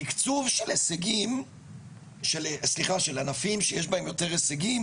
תיקצוב של ענפים שיש בהם יותר הישגים